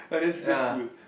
ya